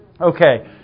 okay